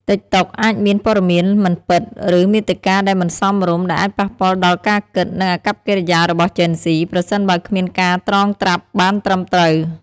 តិកតុកអាចមានព័ត៌មានមិនពិត ឬមាតិកាដែលមិនសមរម្យ ដែលអាចប៉ះពាល់ដល់ការគិត និងអាកប្បកិរិយារបស់ជេនហ្ស៊ី ប្រសិនបើគ្មានការត្រងត្រាប់បានត្រឹមត្រូវ។